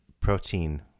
protein